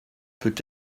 peut